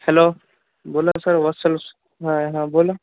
hello बोला नं sir Vatsal सु हां हां बोला